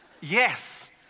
Yes